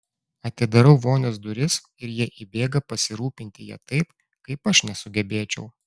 atidarau vonios duris ir jie įbėga pasirūpinti ja taip kaip aš nesugebėčiau